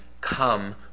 come